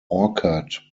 orchard